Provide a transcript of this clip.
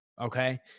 okay